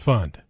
Fund